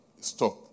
stop